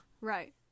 right